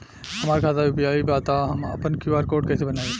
हमार खाता यू.पी.आई बा त हम आपन क्यू.आर कोड कैसे बनाई?